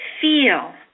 feel